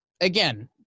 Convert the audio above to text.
again